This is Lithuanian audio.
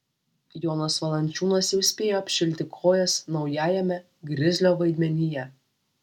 jonas valančiūnas jau spėjo apšilti kojas naujajame grizlio vaidmenyje